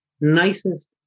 nicest